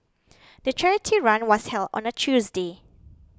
the charity run was held on a Tuesday